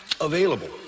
available